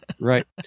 right